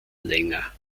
länger